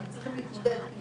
הם צריכים להתמודד עם